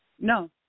no